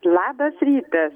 labas rytas